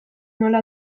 nola